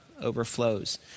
overflows